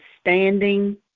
Standing